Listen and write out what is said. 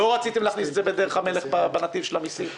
לא רציתם להכניס את זה בדרך המלך בנתיב של המסים.